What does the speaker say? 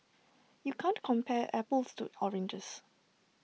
you can't compare apples to oranges